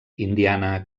indiana